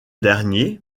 dernier